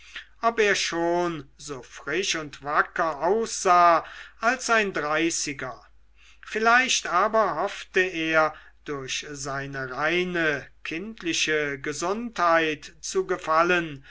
ob er so schon frisch und wacker aussah als ein dreißiger vielleicht aber hoffte er durch seine reine kindliche gesundheit zu gefallen